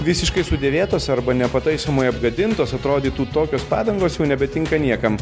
visiškai sudėvėtos arba nepataisomai apgadintos atrodytų tokios padangos jau nebetinka niekam